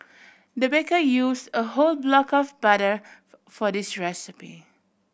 the baker use a whole block of butter for for this recipe